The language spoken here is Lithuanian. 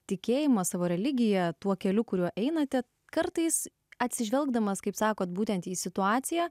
tikėjimą savo religiją tuo keliu kuriuo einate kartais atsižvelgdamas kaip sakote būtent į situaciją